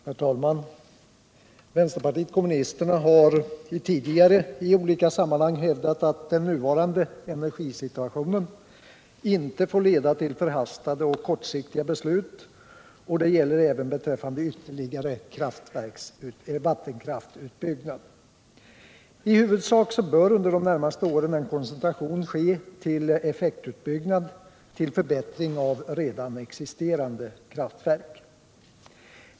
Herr talman! Vänsterpartiet kommunisterna har tidigare i olika sammanhang hävdat att den nuvarande energisituationen inte får leda till förhastade och kortsiktiga beslut, och det gäller även beträffande ytterligare vattenkraftsutbyggnad. I huvudsak bör under de närmaste åren en koncentration ske till effektutbyggnad, till förbättring av redan existerande kraftverk.